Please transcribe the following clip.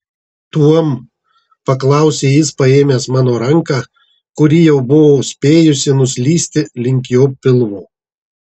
tuom paklausė jis paėmęs mano ranką kuri jau buvo spėjusi nuslysti link jo pilvo